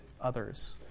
others